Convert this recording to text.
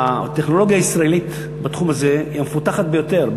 הטכנולוגיה הישראלית בתחום הזה היא מפותחת ביותר,